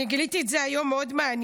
אני גיליתי את זה היום, מאוד מעניין.